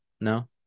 No